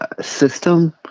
system